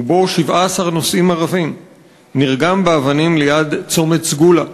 ובו 17 נוסעים ערבים נרגם באבנים ליד צומת סגולה.